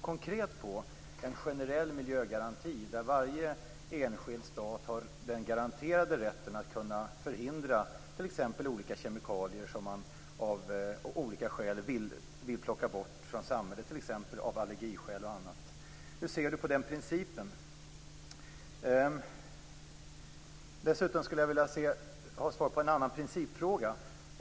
konkret på en generell miljögaranti, där varje enskild stat har den garanterade rätten att kunna förbjuda t.ex. olika kemikalier som man av olika skäl, t.ex. allergier, vill plocka bort från samhället? Jag vill dessutom har svar på en annan principfråga.